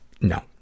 No